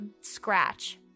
scratch